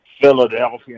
Philadelphia